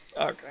Okay